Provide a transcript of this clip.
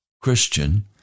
Christian